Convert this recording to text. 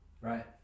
right